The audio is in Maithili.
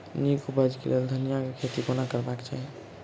नीक उपज केँ लेल धनिया केँ खेती कोना करबाक चाहि?